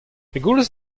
pegoulz